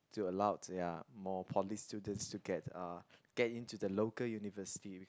to allowed ya more poly students to get uh get in to the local university